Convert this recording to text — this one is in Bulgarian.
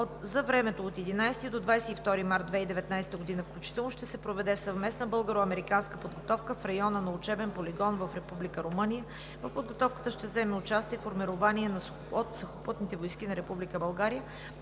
За времето от 11 до 22 март 2019 г., включително, ще се проведе съвместна българо-американска подготовка на района на учебен полигон в Република Румъния. В подготовката ще вземе участие формирование от сухопътните войски на Република